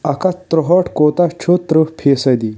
اکھ ہتھ ترٛہٲٹھ کوٗتاہ چھُ ترٕٛہ فی صٔدی